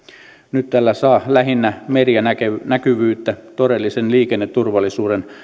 nyt tällä saa lähinnä medianäkyvyyttä todellisen liikenneturvallisuuden